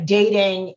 dating